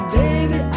baby